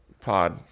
pod